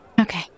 Okay